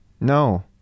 No